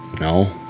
No